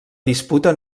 disputa